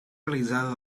realitzada